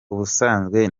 ubusanzwe